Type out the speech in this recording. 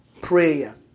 prayer